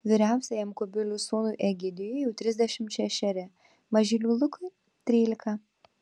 vyriausiajam kubilių sūnui egidijui jau trisdešimt šešeri mažyliui lukui trylika